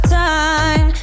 time